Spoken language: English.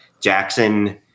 Jackson